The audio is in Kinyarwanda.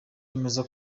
bemeza